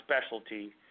specialty